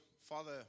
Father